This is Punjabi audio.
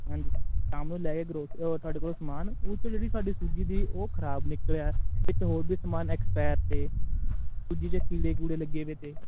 ਹਾਂਜੀ ਸ਼ਾਮ ਨੂੰ ਲੈ ਕੇ ਗ੍ਰੋ ਤੁਹਾਡੇ ਕੋਲ ਸਮਾਨ ਉਹ 'ਚ ਜਿਹੜੀ ਤੁਹਾਡੀ ਸੂਜੀ ਤੀ ਉਹ ਖਰਾਬ ਨਿਕਲਿਆ ਵਿੱਚ ਹੋਰ ਵੀ ਸਮਾਨ ਐਕਸਪਾਇਰ ਤੇ ਸੂਜੀ 'ਚ ਕੀੜੇ ਕੂੜੇ ਲੱਗੇ ਵੇ ਤੇ